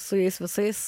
su jais visais